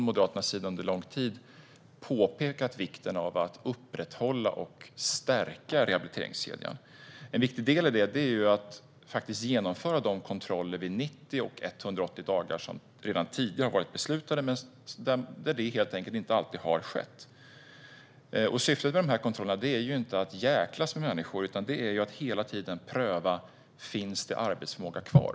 Moderaterna har under lång tid påpekat vikten av att upprätthålla och stärka rehabiliteringskedjan. En viktig del i det är att faktiskt genomföra de kontroller vid 90 och 180 dagar som det tidigare har beslutats om men som inte alltid har skett. Syftet med kontrollerna är inte att jäklas med människor utan att hela tiden pröva om det finns arbetsförmåga kvar.